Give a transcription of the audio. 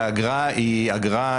והאגרה היא אגרה,